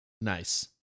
Nice